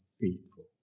faithful